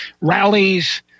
rallies